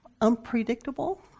unpredictable